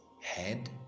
head